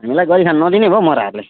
हामीलाई गरी खान नदिने भयो हौ मराहरूले